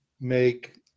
make